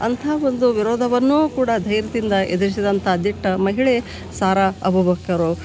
ಅಂಥ ಒಂದು ವಿರೋಧವನ್ನೂ ಕೂಡ ಧೈರ್ಯದಿಂದ ಎದುರಿಸಿದಂಥ ದಿಟ್ಟ ಮಹಿಳೆ ಸಾರಾ ಅಬೂಬಕ್ಕರು